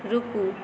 रुकू